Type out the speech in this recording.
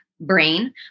brain